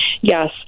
Yes